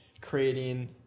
creating